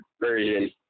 version